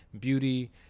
beauty